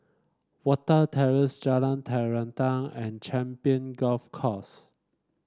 Watten Terrace Jalan Terentang and Champion Golf Course